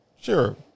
sure